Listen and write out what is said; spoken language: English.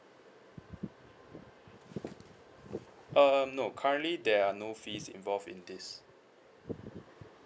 um no currently there are no fees involved in this